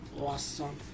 awesome